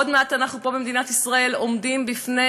עוד מעט אנחנו פה במדינת ישראל עומדים בפני